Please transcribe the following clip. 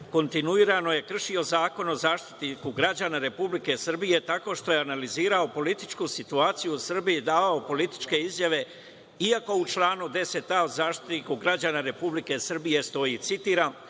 kontinuirano je kršio Zakon o zaštiti građana Republike Srbije, tako što je analizirao političku situaciju u Srbiji i davao političke izjave, iako u članu 10a Zakona o Zaštitniku građana Republike Srbije stoji, citiram: